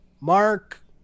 Mark